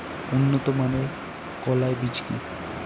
উন্নত মানের কলাই বীজ কি?